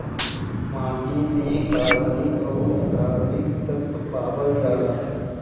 माटी में कार्बनिक अउरी अकार्बनिक तत्व पावल जाला